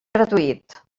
gratuït